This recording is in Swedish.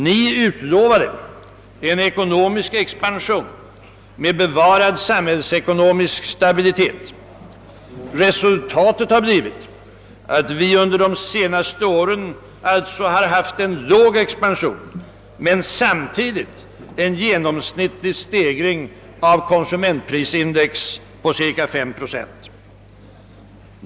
Ni utlovade en ekonomisk expansion med bevarad samhällsekonomisk stabilitet. Resultatet har blivit att vi under de senaste åren har haft en låg expansion med en samtidig genomsnittlig stegring av konsumentprisindex på cirka 5 procent.